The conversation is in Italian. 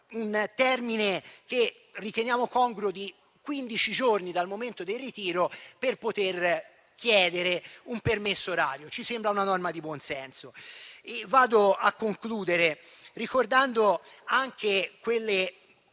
un termine, che riteniamo congruo, di quindici giorni dal momento del ritiro per richiedere un permesso orario; ci sembra una norma di buonsenso. Vado a concludere ricordando anche quelle